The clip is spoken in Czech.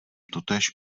totéž